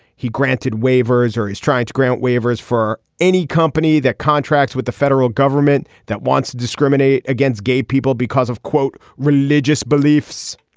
he granted waivers or he's trying to grant waivers for any company that contracts with the federal government that wants to discriminate against gay people because of quote religious beliefs